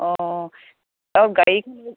অঁ অঁ গাড়ীখন